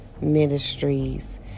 Ministries